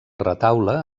retaule